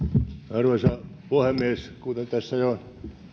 arvoisa puhemies kuten tässä on jo